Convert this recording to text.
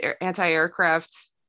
anti-aircraft